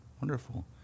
wonderful